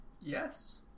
Yes